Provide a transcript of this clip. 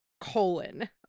colon